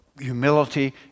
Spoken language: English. humility